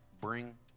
bring